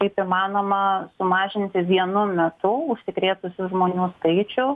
kaip įmanoma sumažinti vienu metu užsikrėtusių žmonių skaičių